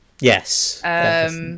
Yes